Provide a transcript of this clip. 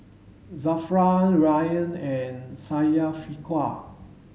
Zafran Ryan and Syafiqah